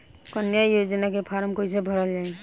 कन्या योजना के फारम् कैसे भरल जाई?